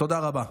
תודה רבה.